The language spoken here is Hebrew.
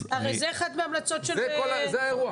זה האירוע.